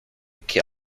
que